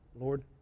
Lord